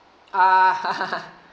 uh